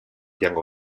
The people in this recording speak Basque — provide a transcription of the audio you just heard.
jango